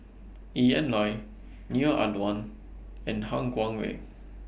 Ian Loy Neo Ah Luan and Han Guangwei